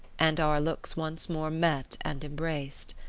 and our looks once more met and embraced.